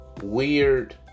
weird